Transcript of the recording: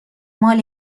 مال